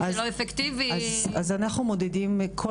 אם זה לא אפקטיבי --- אנחנו מודדים את כל